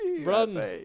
Run